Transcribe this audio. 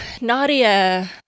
Nadia